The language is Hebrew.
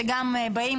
שגם באים,